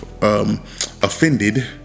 offended